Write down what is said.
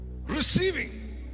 receiving